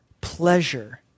pleasure